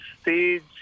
stage